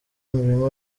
umurimo